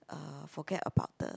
uh forget about the